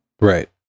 right